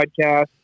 podcast